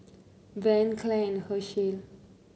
Van Clair Hershel